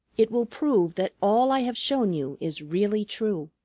it will prove that all i have shown you is really true.